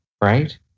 right